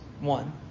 one